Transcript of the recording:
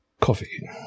coffee